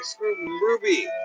Ruby